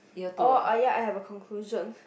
oh oh ya I have a conclusion